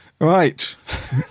Right